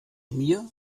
mir